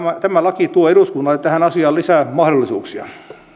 tämä laki tuo eduskunnalle tähän asiaan lisää mahdollisuuksia